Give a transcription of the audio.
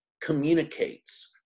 communicates